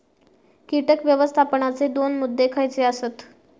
कीटक व्यवस्थापनाचे दोन मुद्दे खयचे आसत?